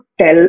tell